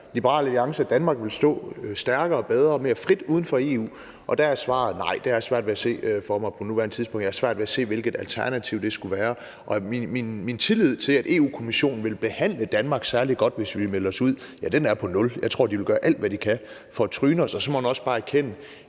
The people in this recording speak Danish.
Liberal Alliance mener, at Danmark ville stå stærkere og bedre og mere frit uden for EU. Til det er svaret: Nej, det har jeg svært ved at se for mig på nuværende tidspunkt. Jeg har svært ved at se, hvilket alternativ det skulle være. Og min tillid til, at Europa-Kommissionen vil behandle Danmark særlig godt, hvis vi meldte os ud, er på nul. Jeg tror, de vil gøre alt, hvad de kan for at tryne os. Og så må man også bare erkende,